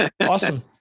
Awesome